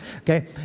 okay